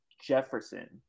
jefferson